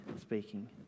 speaking